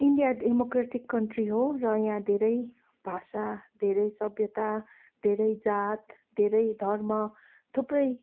India democratic country हो र यहाँ धेरै भाषा धेरै सभ्यता धेरै जात धेरै धर्म थुप्रै